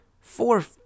four